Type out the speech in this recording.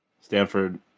Stanford